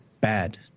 bad